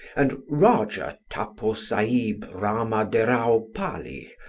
and rajah taposahib ramaderao pali,